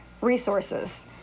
resources